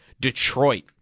Detroit